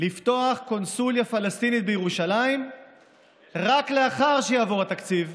לפתוח קונסוליה פלסטינית בירושלים רק לאחר שיעבור התקציב.